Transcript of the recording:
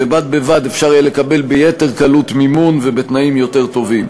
ובד בבד אפשר יהיה לקבל מימון ביתר קלות ובתנאים יותר טובים.